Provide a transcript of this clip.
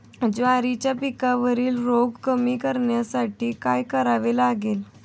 ज्वारीच्या पिकावरील रोग कमी करण्यासाठी काय करावे लागेल?